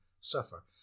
suffer